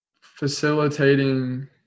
facilitating